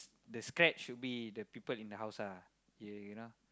the scratch should be the people in the house ah yeah you know